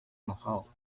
mohawk